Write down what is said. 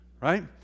right